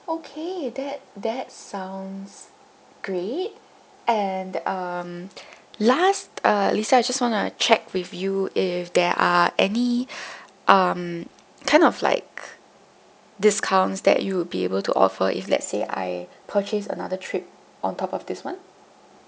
okay that that sounds great and um last uh lisa I just want to check with you if there any um kind of like discounts that you would be able to offer if let's say I purchase another trip on top of this [one]